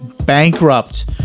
bankrupt